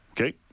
Okay